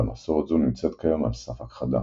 אולם מסורת זו נמצאת כיום על סף הכחדה.